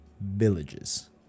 villages